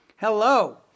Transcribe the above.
Hello